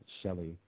Shelley